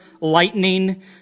lightning